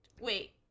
Wait